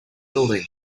building